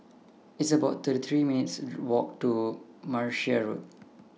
It's about thirty three minutes' Walk to Martia Road